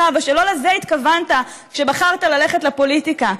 ושלא לזה התכוונת כשבחרת ללכת לפוליטיקה.